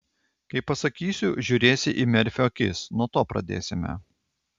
kai pasakysiu žiūrėsi į merfio akis nuo to pradėsime